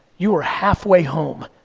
you are halfway home.